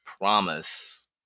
promise